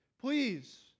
Please